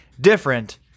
different